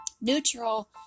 Neutral